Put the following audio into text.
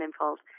involved